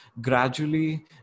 gradually